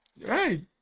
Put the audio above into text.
right